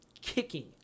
kicking